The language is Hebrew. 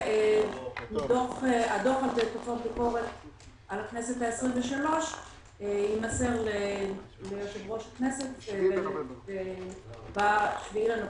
דוח על תוצאות ביקורת על הכנסת ה-23 יימסר ליושב-ראש הכנסת ב-7 בנובמבר.